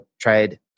tried